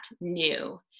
new